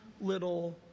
little